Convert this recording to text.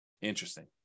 Interesting